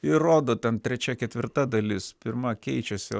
ir rodo ten trečia ketvirta dalis pirma keičiasi